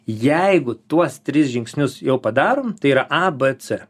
jeigu tuos tris žingsnius jau padarom tai yra a b c